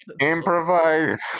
Improvise